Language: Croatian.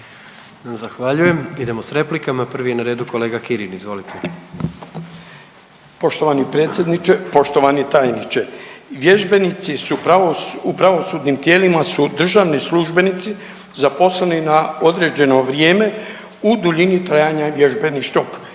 Zahvaljujem. Idemo s replikama. Prvi je na redu kolega Kirin, izvolite. **Kirin, Ivan (HDZ)** Poštovani predsjedniče, poštovani tajniče, vježbenici su, u pravosudnim tijelima su državni službenici zaposleni na određeno vrijeme u duljini trajanja vježbeničke